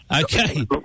Okay